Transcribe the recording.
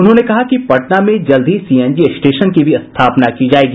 उन्होंने कहा कि पटना में जल्द ही सीएनजी स्टेशन की स्थापना भी की जायेगी